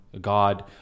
God